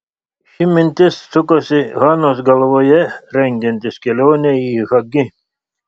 ši mintis sukosi hanos galvoje rengiantis kelionei į hagi